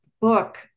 book